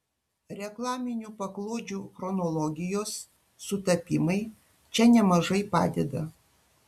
reklaminių paklodžių chronologijos sutapimai čia nemažai padeda